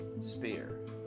spear